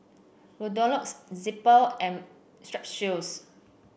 Redoxon Zappy and Strepsils